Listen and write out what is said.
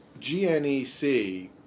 GNEC